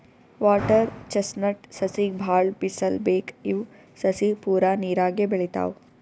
water chestnut ಸಸಿಗ್ ಭಾಳ್ ಬಿಸಲ್ ಬೇಕ್ ಇವ್ ಸಸಿ ಪೂರಾ ನೀರಾಗೆ ಬೆಳಿತಾವ್